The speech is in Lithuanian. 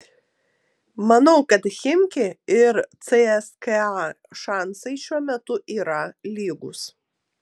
manau kad chimki ir cska šansai šiuo metu yra lygūs